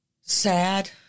Sad